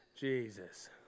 Jesus